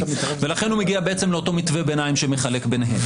ולכן הוא מגיע בעצם לאותו מתווה ביניים שמחלק ביניהם.